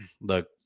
look